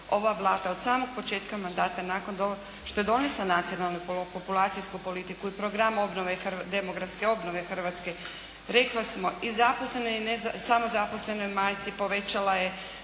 ova Vlada od samog početka mandata nakon što je donesla Nacionalnu populacijsku politiku i program demografske obnove Hrvatske rekle smo i za zaposlene i ne, samo zaposlenoj majci povećala je